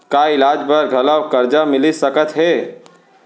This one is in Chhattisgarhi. का इलाज बर घलव करजा मिलिस सकत हे?